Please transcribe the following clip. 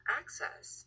access